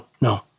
No